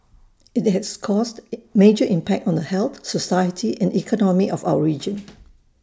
IT has caused major impact on the health society and economy of our region